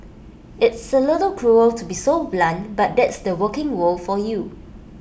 it's A little cruel to be so blunt but that's the working world for you